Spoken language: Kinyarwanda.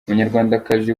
umunyarwandakazi